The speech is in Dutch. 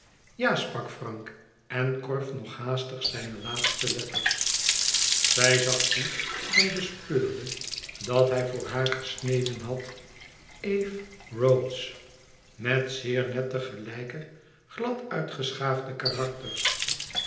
ja sprak frank en korf nog haastig zijne laatste letters zij zag toe en bespeurde dat hij voor haar gesneden had eve rhodes met zeer nette gelijke glad uitgeschaafde karakters